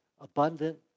abundant